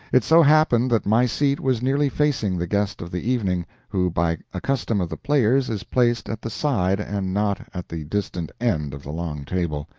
it so happened that my seat was nearly facing the guest of the evening, who by a custom of the players is placed at the side and not at the distant end of the long table.